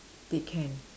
they can